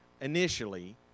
initially